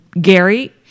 Gary